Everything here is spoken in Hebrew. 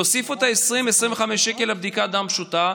תוסיפו את ה-20 25 ש"ח לבדיקת דם פשוטה,